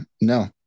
no